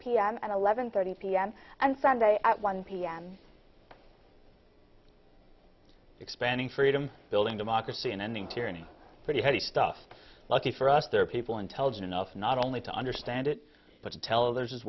pm and eleven thirty pm and sunday at one pm expanding freedom building democracy and ending tyranny pretty heady stuff lucky for us there are people intelligent enough not only to understand it but to tell others as